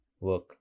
Work